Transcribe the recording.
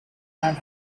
and